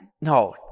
No